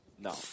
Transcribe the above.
No